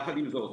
יחד עם זאת,